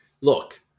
look